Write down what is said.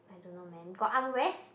I don't know man got arm rest